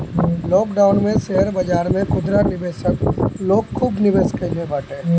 lockdown में share बाजार में खुदरा निवेशक लोग खूब निवेश कईले बाटे